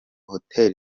hotel